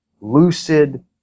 lucid